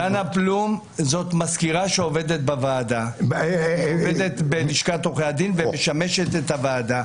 דנה בלום זאת מזכירה שעובדת בלשכת עורכי הדין ומשמשת את הוועדה,